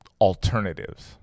alternatives